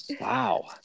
Wow